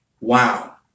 Wow